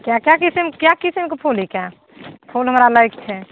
कए कए किसीम कए कए किसीम के फूल हिकै फूल हमरा लैके छै